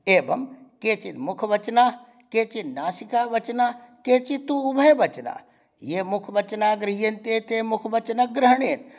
एवं केचिद् मुखवचनाः केचिद् नासिकावचनाः केचिद् तु उभयवचनाः ये मुखवचनाः गृह्यन्ते ते मुखवचनग्रहणे